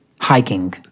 hiking